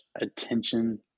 attention